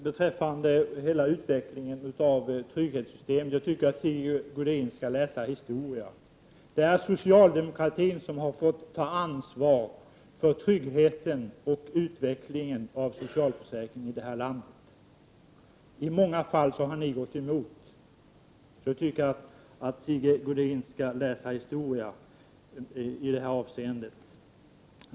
När det gäller utvecklingen av trygghetssystemet tycker jag att Sigge Godin skall läsa historia. Det är socialdemokratin som har fått ta ansvar för tryggheten och för utvecklingen av socialförsäkringen i det här landet. I många fall har ni gått emot, så jag tycker alltså att Sigge Godin skall läsa historia i det här avseendet.